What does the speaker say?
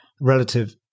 relative